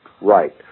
right